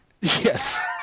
Yes